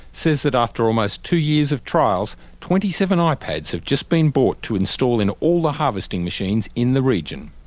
says that after almost two years of trials, twenty seven ah ipads have just been bought to install in all the harvesting machines in the region.